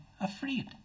afraid